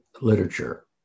literature